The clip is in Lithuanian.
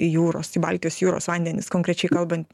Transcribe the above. jūros į baltijos jūros vandenis konkrečiai kalbant